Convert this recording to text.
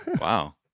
Wow